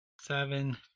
seven